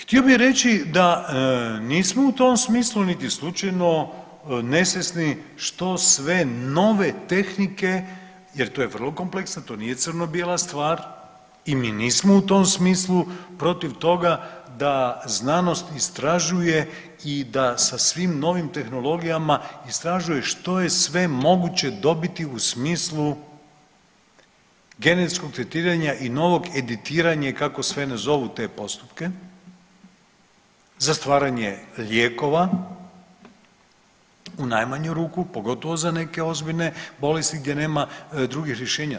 Htio bi reći da nismo u tom smislu niti slučajno nesvjesni što sve nove tehnike, jer to je vrlo kompleksa, to nije crno bijela stvar i mi nismo u tom smislu protiv toga da znanost istražuje i da sa svim novim tehnologijama istražuje što je sve moguće dobiti u smislu genetskog tretiranja i novog editiranja i kako sve ne zovu te postupke za stvaranje lijekova u najmanju ruku pogotovo za neke ozbiljne bolesti gdje nema drugih rješenja.